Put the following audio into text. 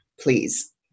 please